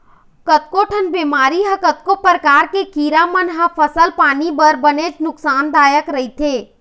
कतको ठन बेमारी ह कतको परकार के कीरा मन ह फसल पानी बर बनेच नुकसान दायक रहिथे